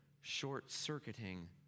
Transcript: short-circuiting